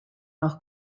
noch